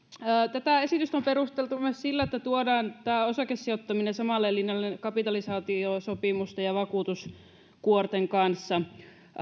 tätä esitystä on perusteltu myös sillä että tuodaan tämä osakesijoittaminen samalle linjalle kapitalisaatiosopimusten ja vakuutuskuorten kanssa